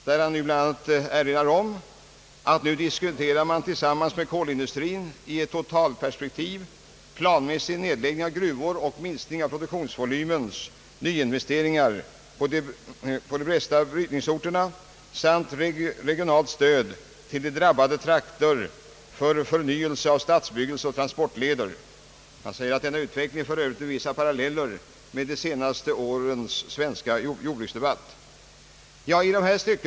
Han erinrar bl.a. om att kolindustrin nu diskuterar i ett totalperspektiv en planmässig nedläggning av gruvor och minskning av produktionsvolymens nyinvesteringar på de bästa brytningsorterna samt regionalt stöd till de drabbade trakterna för förnyelse av stadsbebyggelse och transportleder. Han säger, att denna utveckling f. ö. har vissa paralleller med de senaste årens svenska jordbruksdebatt.